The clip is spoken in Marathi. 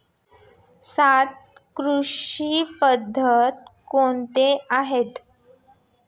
सात कृषी पद्धती कोणत्या आहेत?